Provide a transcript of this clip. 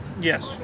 Yes